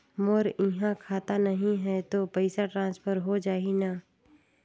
मोर इहां खाता नहीं है तो पइसा ट्रांसफर हो जाही न?